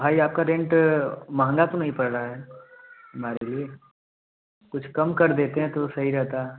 भाई आपका रेंट महँगा तो नहीं पड़ रहा है हमारे लिए कुछ कम कर देते तो सही रहता